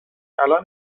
الان